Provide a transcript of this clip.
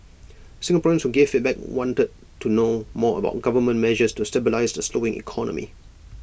Singaporeans who gave feedback wanted to know more about government measures to stabilise the slowing economy